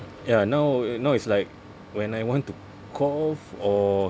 ya now now it's like when I want to cough or